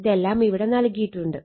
ഇതെല്ലാം ഇവിടെ നൽകിയിട്ടുണ്ട്